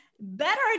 better